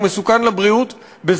שהוא מסוכן לבריאות.